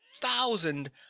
thousand